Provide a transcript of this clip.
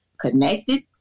connected